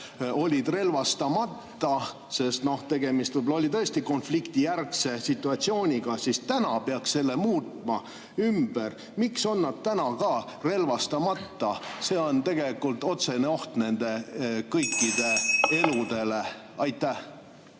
olid relvastamata, sest tegemist võib-olla oli tõesti konfliktijärgse situatsiooniga, siis täna peaks selle ümber muutma. Miks on nad täna ka relvastamata? See on tegelikult otsene oht nende kõikide eludele. Aitäh!